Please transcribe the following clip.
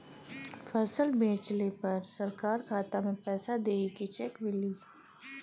फसल बेंचले पर सरकार खाता में पैसा देही की चेक मिली?